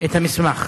את המסמך,